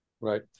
right